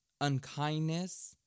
unkindness